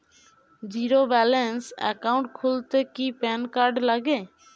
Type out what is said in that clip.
Zero balance account খুলতে কি PAN card লাগে?